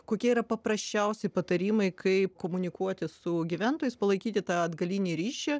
kokie yra paprasčiausi patarimai kaip komunikuoti su gyventojais palaikyti tą atgalinį ryšį